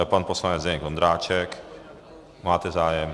Pan poslanec Zdeněk Ondráček máte zájem?